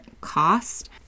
cost